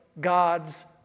God's